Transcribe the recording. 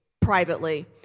privately